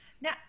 now